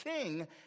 king